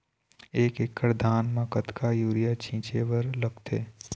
एक एकड़ धान म कतका यूरिया छींचे बर लगथे?